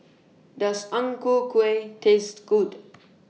Does Ang Ku Kueh Taste Good